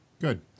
Good